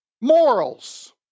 Morals